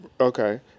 Okay